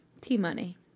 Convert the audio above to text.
T-Money